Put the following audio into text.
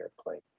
airplane